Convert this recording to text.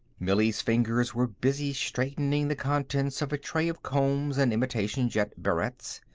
millie's fingers were busy straightening the contents of a tray of combs and imitation jet barrettes.